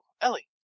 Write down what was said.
Ellie